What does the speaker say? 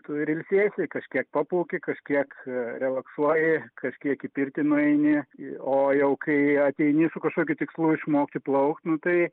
tu ir ilsiesi kažkiek paplauki kažkiek relaksuoji kažkiek į pirtį nueini į o jau kai ateini kažkokiu tikslu išmokti plaukt nu tai